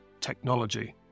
technology